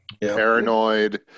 paranoid